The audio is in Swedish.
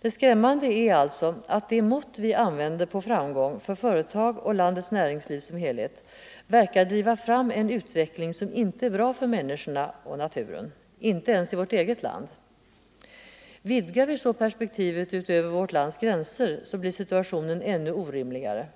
Det skrämmande är alltså att de mått vi använder på framgång för företag och näringsliv som helhet verkar driva fram en utveckling som inte är bra för människorna och naturen. Och detta inte ens i vårt eget land. Vidgar vi så perspektivet utöver vårt lands gränser blir situationen ännu orimligare.